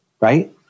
right